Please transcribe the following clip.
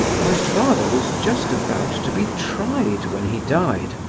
my father was just about to be tried when he died,